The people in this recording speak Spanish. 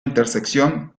intersección